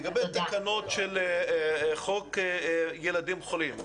לגבי תקנות של חוק ילדים חולים,